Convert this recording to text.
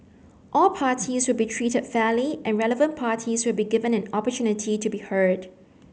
all parties will be treated fairly and relevant parties will be given an opportunity to be heard